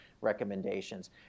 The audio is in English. recommendations